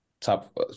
Top